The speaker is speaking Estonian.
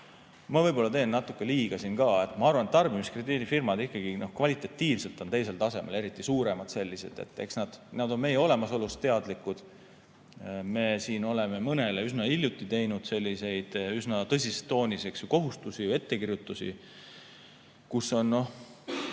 ma võib-olla teen natuke liiga siin ka. Ma arvan, et tarbimiskrediidifirmad ikkagi kvalitatiivselt on teisel tasemel, eriti suuremad sellised. Eks nad on meie olemasolust teadlikud. Me siin oleme mõnele üsna hiljuti teinud selliseid üsna tõsises toonis kohustusi ja ettekirjutusi, kui on